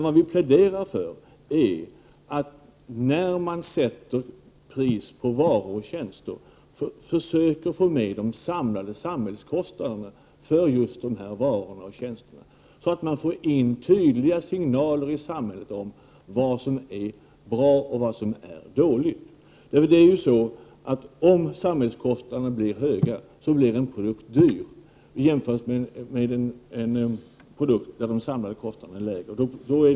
Vad vi talar för är att man, när man sätter pris på varor och tjänster, skall försöka få med de samlade samhällskostnaderna för just de varorna och de tjänsterna, så att människorna får tydliga signaler om vad som är bra och vad som är dåligt. Om samhällskostnaderna blir höga blir en produkt dyr i jämförelse med en produkt för vilken de samlade kostnaderna är lägre.